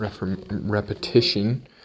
repetition